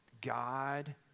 God